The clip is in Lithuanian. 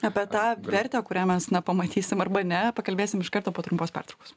apie tą vertę kurią mes na pamatysim arba ne pakalbėsim iš karto po trumpos pertraukos